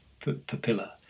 papilla